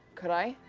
could i?